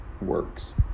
works